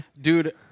Dude